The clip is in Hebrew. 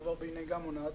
הוא כבר בנהיגה מונעת.